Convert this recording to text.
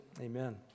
Amen